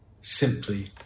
simply